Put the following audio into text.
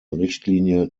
richtlinie